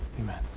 Amen